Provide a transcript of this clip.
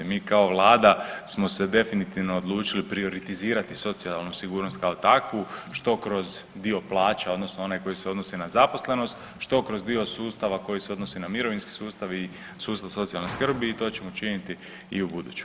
Mi kao Vlada smo se definitivno odlučili prioritizirati socijalnu sigurnost kao takvu, što kroz dio plaća, odnosno onaj koji se odnosi na zaposlenost, što kroz dio sustava koji se odnosi na mirovinski sustav i sustav socijalne skrbi i to ćemo učiniti i ubuduće.